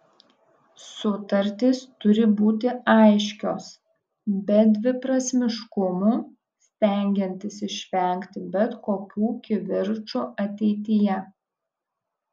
sutartys turi būti aiškios be dviprasmiškumų stengiantis išvengti bet kokių kivirčų ateityje